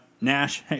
Nash